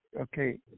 Okay